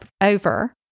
over